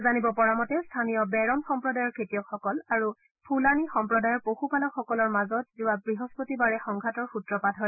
জানিব পৰা মতে স্থানীয় বেৰম সম্প্ৰদায়ৰ খেতিয়কসকল আৰু ফুলানি সম্প্ৰদায়ৰ পশুপালকসকলৰ মাজত যোৱা বৃহস্পতিবাৰে সংঘাতৰ সুত্ৰপাত হয়